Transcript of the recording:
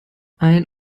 ein